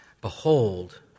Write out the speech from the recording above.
Behold